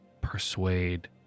persuade